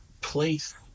place